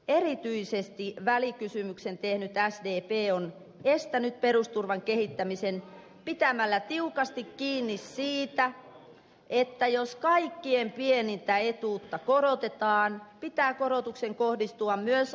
erityisesti välikysymyksen tehnyt sdp on estänyt perusturvan kehittämisen pitämällä tiukasti kiinni siitä että jos kaikkein pienintä etuutta korotetaan pitää korotuksen kohdistua myös ansioturvan saajiin